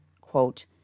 quote